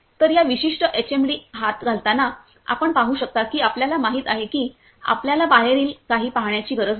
तर हा विशिष्ट एचएमडी आत घालताना आपण पाहू शकता की आपल्याला माहित आहे की आपल्याला बाहेरील काही पहाण्याची गरज नाही